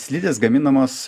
slidės gaminamos